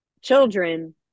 children